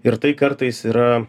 ir tai kartais yra